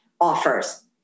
offers